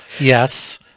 yes